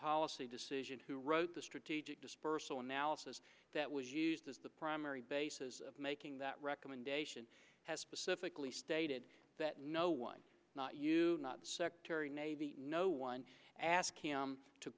policy decision who wrote the strategic dispersal analysis that was used as the primary basis of making that recommendation has specifically stated that no one not you not secretary maybe no one asked him to